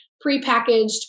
pre-packaged